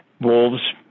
wolves